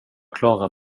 klarar